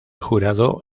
jurado